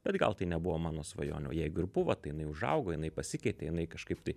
bet gal tai nebuvo mano svajonė o jeigu ir buvo tai jinai užaugo jinai pasikeitė jinai kažkaip tai